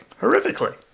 Horrifically